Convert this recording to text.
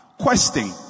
Questing